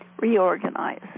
reorganize